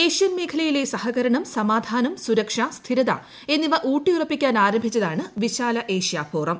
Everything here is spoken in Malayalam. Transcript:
ഏഷ്യൻ മേഖലയിലെ സഹകരണം സമാധാനം സുരക്ഷ സ്ഥിരത എന്നിവ ഊട്ടിയുറപ്പിക്കാൻ ആരംഭിച്ചതാണ് വിശാല ഏഷ്യാ ഫോറം